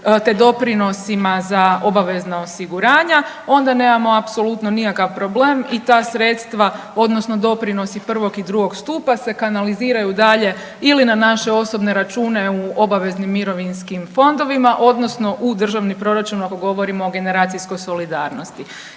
te doprinosima za obavezna osiguranja onda nemamo apsolutno nikakav problem i ta sredstva odnosno doprinosi prvog i drugog stupa se kanaliziraju dalje ili na naše osobne račune u obaveznim mirovinskim fondovima odnosno u državni proračun ako govorimo o generacijskoj solidarnosti.